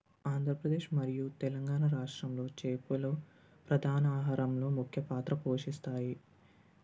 ఆంధ్రప్రదేశ్ మరియు తెలంగాణ రాష్ట్రంలో చేపలు ప్రధాన ఆహారంలో ముఖ్య పాత్ర పోషిస్తాయి